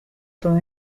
todo